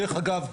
דרך אגב,